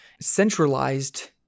centralized